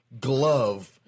glove